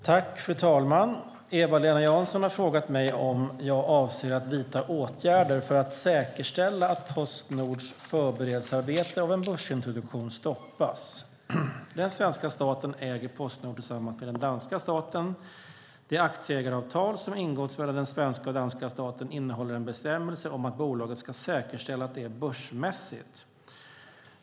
Fru talman! Eva-Lena Jansson har frågat mig om jag avser att vidta åtgärder för att säkerställa att Postnords förberedelsearbete av en börsintroduktion stoppas. Den svenska staten äger Postnord tillsammans med den danska staten. Det aktieägaravtal som ingåtts mellan den svenska och danska staten innehåller en bestämmelse om att bolaget ska säkerställa att det är börsmässigt.